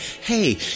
Hey